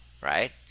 right